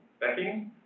backing